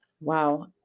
Wow